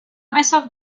myself